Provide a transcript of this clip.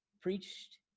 preached